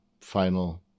final